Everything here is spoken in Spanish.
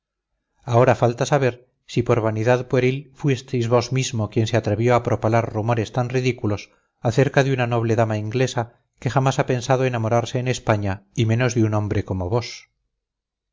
ahora falta saber si por vanidad pueril fuisteis vos mismo quien se atrevió a propalar rumores tan ridículos acerca de una noble dama inglesa que jamás ha pensado enamorarse en españa y menos de un hombre como vos